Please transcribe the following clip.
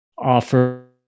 offer